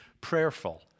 prayerful